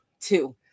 two